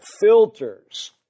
filters